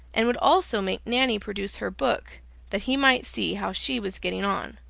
and would also make nanny produce her book that he might see how she was getting on.